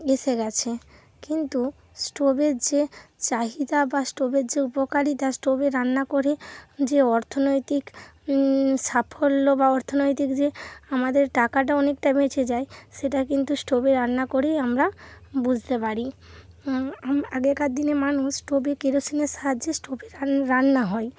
এসে গিয়েছে কিন্তু স্টোভের যে চাহিদা বা স্টোভের যে উপকারিতা স্টোভে রান্না করে যে অর্থনৈতিক সাফল্য বা অর্থনৈতিক যে আমাদের টাকাটা অনেকটা বেঁচে যায় সেটা কিন্তু স্টোভে রান্না করেই আমরা বুঝতে পারি আগেকার দিনে মানুষ স্টোভে কেরোসিনের সাহায্যে স্টোভে রান্না হয়